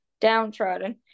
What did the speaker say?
downtrodden